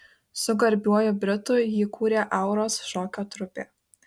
su garbiuoju britu jį kūrė auros šokio trupė